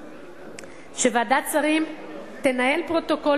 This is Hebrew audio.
שוועדת שרים לחקיקה תנהל פרוטוקול